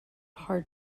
hard